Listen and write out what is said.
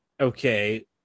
okay